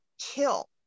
kill